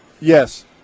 Yes